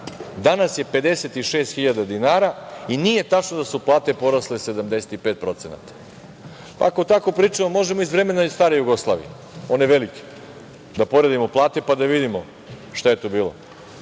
danas je 56 hiljada dinara, i nije tačno da su plate porasle 75%. Ako tako pričamo možemo iz vremena iz stare Jugoslavije, one velike, da poredimo plate pa da vidimo šta je to bilo. Ali,